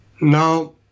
now